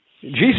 Jesus